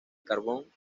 carbón